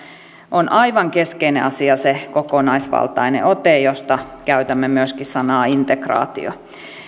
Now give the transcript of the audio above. on aivan keskeinen asia se kokonaisvaltainen ote josta käytämme myöskin sanaa integraatio